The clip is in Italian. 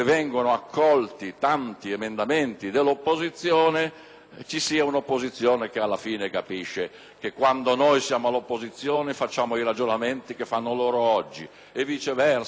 dell'opposizione, l'opposizione capisca che quando noi siamo all'opposizione facciamo i ragionamenti che fanno loro oggi e, viceversa, se loro torneranno al Governo riprenderanno questi stessi ragionamenti,